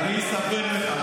אני אספר לך,